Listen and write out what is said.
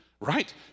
Right